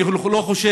אני לא חושב